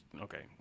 Okay